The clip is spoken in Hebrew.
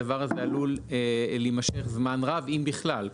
הדבר הזה עלול להימשך זמן רב אם בכלל.